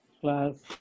class